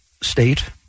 State